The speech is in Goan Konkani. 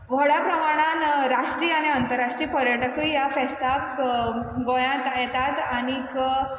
व्हडा प्रमाणान राष्ट्रीय आनी अंतरराष्ट्रीय पर्यटकय ह्या फेस्ताक गोंयांत येतात आनीक